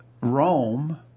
Rome